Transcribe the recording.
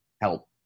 help